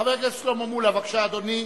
חבר הכנסת שלמה מולה, בבקשה, אדוני.